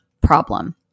problem